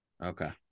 okay